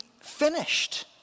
finished